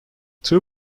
two